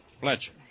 Fletcher